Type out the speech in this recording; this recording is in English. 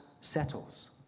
settles